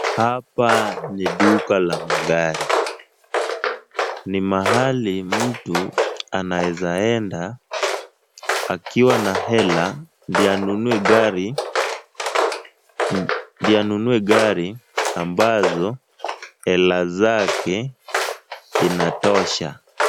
Hapa ni duka la magari. Ni mahali mtu anaweza enda akiwa na hela ndo anunue gari, ndio anunue gari ambazo hela zake inatosha.